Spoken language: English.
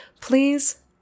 Please